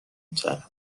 تره